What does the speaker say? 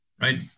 right